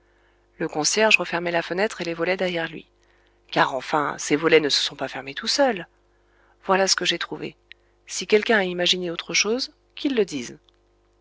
le concierge refermait la fenêtre et les volets derrière lui car enfin ces volets ne se sont pas fermés tout seuls voilà ce que j'ai trouvé si quelqu'un a imaginé autre chose qu'il le dise